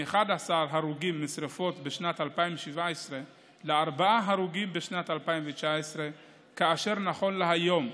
מ-11 הרוגים משרפות בשנת 2017 לארבעה הרוגים בשנת 2019. נכון להיום,